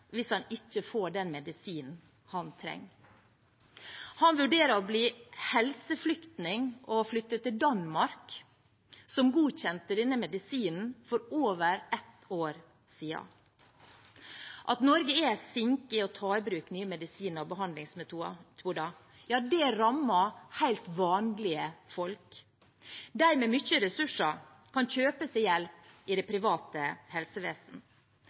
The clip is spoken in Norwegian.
hvis han ikke får den medisinen han trenger. Han vurderer å bli helseflyktning og flytte til Danmark, som godkjente denne medisinen for over ett år siden. At Norge er en sinke i å ta i bruk nye medisiner og behandlingsmetoder, rammer helt vanlige folk. De med mye ressurser kan kjøpe seg hjelp i det private